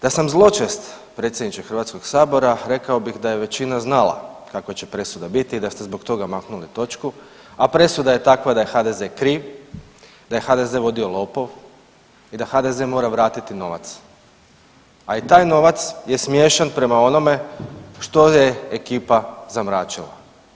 Da sam zločest predsjedniče HS-a rekao bih da je većina znala kakva će presuda biti i da ste zbog toga maknuli točku, a presuda je takva da je HDZ kriv, da je HDZ vodio lopov i da HDZ mora vratiti novac, a i taj novac je smiješan prema onome što je ekipa zamračila.